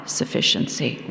sufficiency